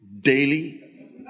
daily